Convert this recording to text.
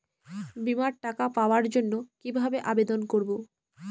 বিমার টাকা পাওয়ার জন্য কিভাবে আবেদন করব?